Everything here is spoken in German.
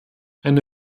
eine